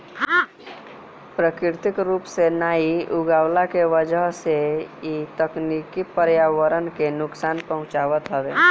प्राकृतिक रूप से नाइ उगवला के वजह से इ तकनीकी पर्यावरण के नुकसान पहुँचावत हवे